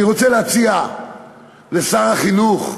אני רוצה להציע לשר החינוך,